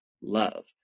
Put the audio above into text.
love